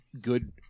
good